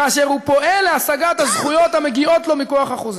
כאשר הוא פועל להשגת הזכויות המגיעות לו מכוח החוזה.